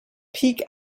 peak